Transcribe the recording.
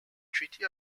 treaty